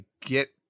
Get